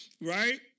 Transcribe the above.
right